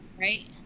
right